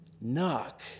Knock